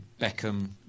Beckham